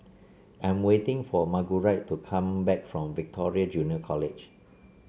I'm waiting for Margurite to come back from Victoria Junior College